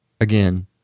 again